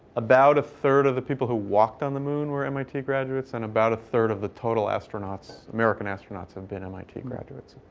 about a third of the people who walked on the moon were mit graduates. and about a third of the total american astronauts had been mit graduates,